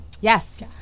Yes